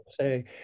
say